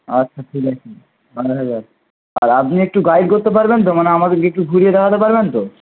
আচ্ছা ঠিক আছে আড়াই হাজার আর আপনি একটু গাইড করতে পারবেন তো মানে আমাদের কে একটু ঘুরে দেখাতে পারবেন তো